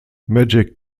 magic